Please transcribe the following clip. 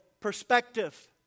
perspective